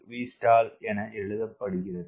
3 Vstall என எழுதப்படுகிறது